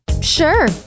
Sure